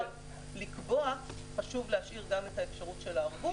חשוב להשאיר גם את האפשרות של הערבות.